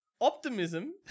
Optimism